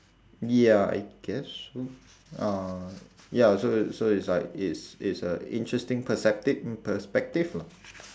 ya I guess so uh ya so so it's like it's it's a interesting perceptiv~ perspective lah